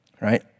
right